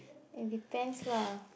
it depends lah